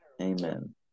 Amen